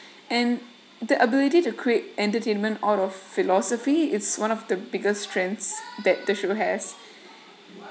and the ability to create entertainment out of philosophy it's one of the biggest strengths that the show has